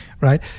right